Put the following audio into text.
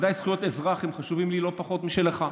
בוודאי זכויות אזרח הן חשובות לי לא פחות מאשר לך.